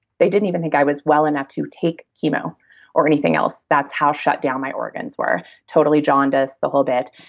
they didn't even think i was well enough to take chemo or anything else. that's how shut down my organs were, totally jaundiced the whole bit.